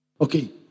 Okay